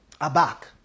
aback